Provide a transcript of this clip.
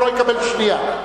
הוא לא יקבל שנייה.